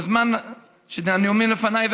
בזמן הנאומים לפניי,